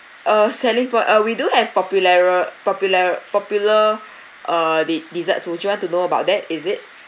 uh selling point uh we do have populari~ popular popular uh de~ desserts would you want to know about that is it